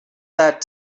that